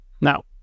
Now